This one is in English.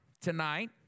tonight